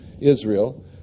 Israel